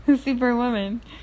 Superwoman